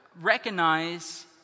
recognize